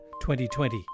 2020